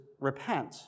repent